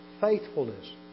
faithfulness